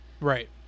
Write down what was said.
Right